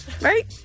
Right